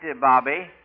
Bobby